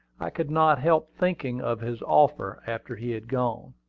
i could not help thinking of his offer after he had gone.